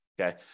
Okay